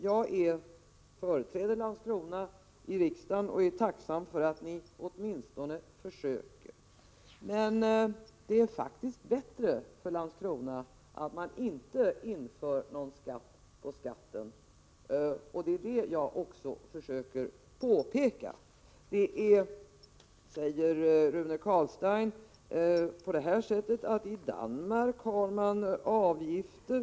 Jag företräder Landskrona i riksdagen och är tacksam för att ni åtminstone försöker. Men det är faktiskt bättre för Landskrona att man inte inför någon skatt på skatten. Det är det jag försöker påpeka. Rune Carlstein säger att man i Danmark har avgifter.